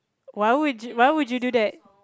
why would you why would you do that